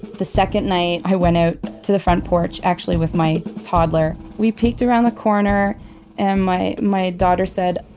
the second night i went out to the front porch actually with my toddler. we peeked around the corner and my my daughter said,